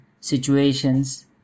situations